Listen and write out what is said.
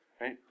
right